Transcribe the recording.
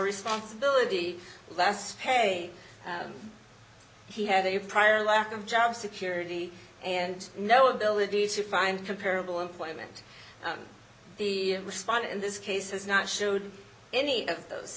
responsibility less pay he had a prior lack of job security and no ability to find comparable employment the respond in this case is not showed any of those